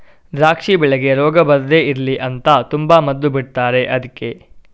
ದ್ರಾಕ್ಷಿ ಬೆಳೆಗೆ ರೋಗ ಬರ್ದೇ ಇರ್ಲಿ ಅಂತ ತುಂಬಾ ಮದ್ದು ಬಿಡ್ತಾರೆ ಅದ್ಕೆ